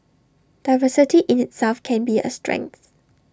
diversity in itself can be A strength